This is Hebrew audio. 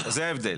זה ההבדל.